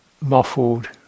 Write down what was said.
muffled